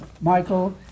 Michael